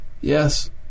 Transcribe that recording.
Yes